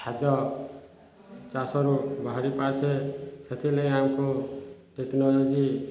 ଖାଦ୍ୟ ଚାଷରୁ ବାହାରି ପାରୁଛେ ସେଥିଲାଗି ଆମକୁ ଟେକ୍ନୋଲୋଜି